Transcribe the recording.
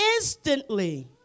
Instantly